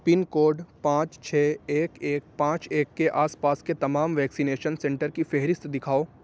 پن code پانچ چھ ایک ایک پانچ ایک کے آس پاس کے تمام ویکسینیشن سینٹر کی فہرست دکھاؤ